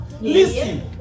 Listen